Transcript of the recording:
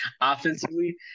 offensively